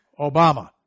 Obama